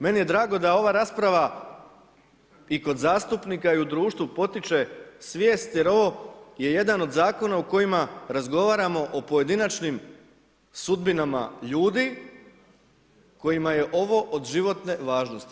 Meni je drago da ova rasprava i kod zastupnika i u društvu potiče svijest jer ovo je jedan od zakona u kojima razgovaramo o pojedinačnim sudbinama ljudi kojima je ovo od životne važnosti.